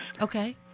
Okay